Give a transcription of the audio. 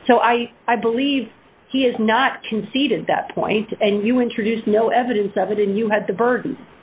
so i i believe he has not conceded that point and you introduced no evidence of it and you had the burd